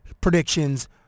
predictions